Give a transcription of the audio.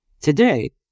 Today